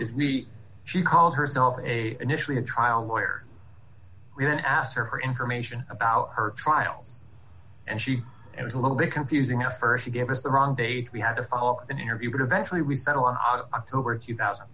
is me she called herself a initially a trial lawyer i asked her for information about her trials and she was a little bit confusing at st she gave us the wrong date we had to follow an interview but eventually we settle on october two thousand